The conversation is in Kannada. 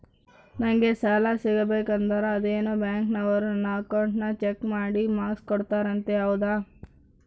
ನಂಗೆ ಸಾಲ ಸಿಗಬೇಕಂದರ ಅದೇನೋ ಬ್ಯಾಂಕನವರು ನನ್ನ ಅಕೌಂಟನ್ನ ಚೆಕ್ ಮಾಡಿ ಮಾರ್ಕ್ಸ್ ಕೊಡ್ತಾರಂತೆ ಹೌದಾ?